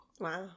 Wow